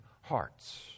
hearts